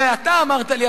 ואתה אמרת לי,